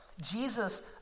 Jesus